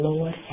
Lord